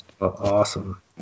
Awesome